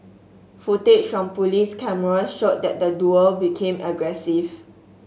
footage from police cameras showed that the duo became aggressive